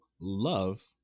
love